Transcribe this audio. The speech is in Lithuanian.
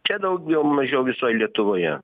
čia daugiau mažiau visoj lietuvoje